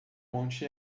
monte